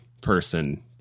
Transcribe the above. person